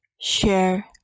share